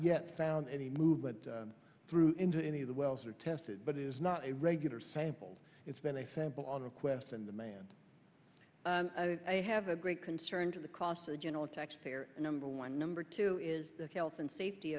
yet found any movement through into any of the wells are tested but it is not a regular sample it's been a sample on request and demand i have a great concern to the cross the general taxpayer number one number two is the health and safety